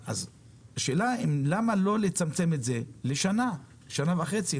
השאלה למה לא לצמצם את זה לשנה או שנה וחצי.